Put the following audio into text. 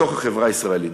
בתוך החברה הישראלית,